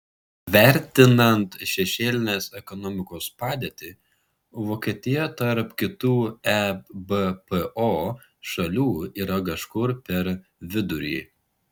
vertinant šešėlinės ekonomikos padėtį vokietija tarp kitų ebpo šalių yra kažkur per vidurį